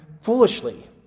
foolishly